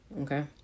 Okay